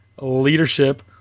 leadership